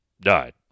died